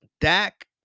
Dak